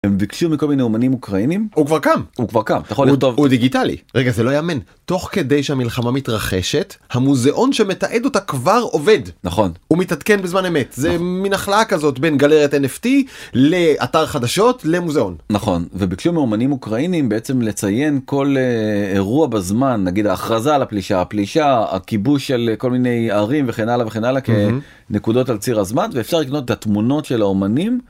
הם ביקשו מכל מיני אומנים אוקראינים -הוא כבר קם! -הוא כבר קם, אתה יכול לראות... -הוא דיגיטלי. -רגע, זה לא ייאמן, תוך כדי שהמלחמה מתרחשת, המוזיאון שמתעד אותה כבר עובד. -נכון. -הוא מתעדכן בזמן אמת. זה מין הכלאה כזאת בין גלריית NFT, לאתר חדשות, למוזיאון. -נכון. וביקשו מאומנים אוקראינים בעצם לציין כל אירוע בזמן, נגיד ההכרזה על הפלישה, הפלישה, הכיבוש של כל מיני ערים וכן הלאה וכן הלאה, כנקודות על ציר הזמן, ואפשר לקנות את התמונות של האומנים